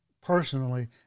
personally